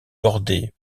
bordé